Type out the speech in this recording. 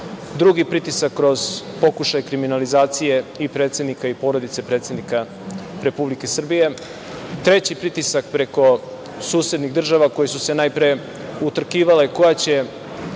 Drugi pritisak kroz pokušaj kriminalizacije i predsednika i porodice predsednika Republike Srbije. Treći pritisak preko susednih država koje su se najpre utrkivale koja će